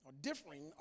differing